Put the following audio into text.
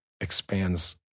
expands